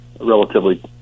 relatively